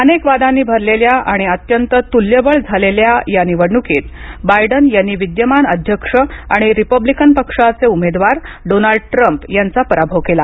अनेक वादांनी भरलेल्या आणि अत्यंत तुल्यबळ झालेल्या या निवडणुकीत बायडन यांनी विद्यमान अध्यक्ष आणि रिपब्लिकन पक्षाचे उमेदवार डोनाल्ड ट्रम्प यांचा पराभव केला